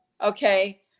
okay